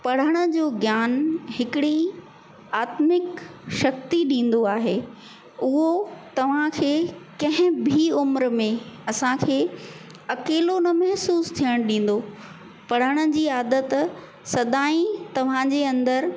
पढ़ण जो ज्ञान हिकिड़ी आत्मिक शक्ति ॾींदो आहे उहो तव्हां खे कंहिं बि उमिरि में असां खे अकेलो न महिसूसु थियणु ॾींदो पढ़ण जी आदत सदाईं तव्हां जे अंदरि